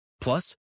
Plus